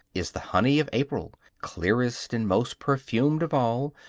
is the honey of april, clearest and most perfumed of all,